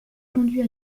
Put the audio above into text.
conduit